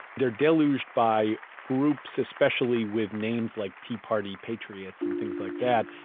they're deluged by groups especially with names like tea party patriots and things like that,